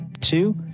Two